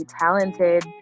talented